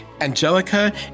Angelica